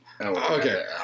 Okay